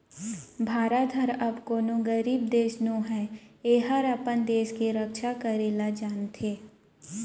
भारत हर अब कोनों गरीब देस नो हय एहर अपन देस के रक्छा करे ल जानथे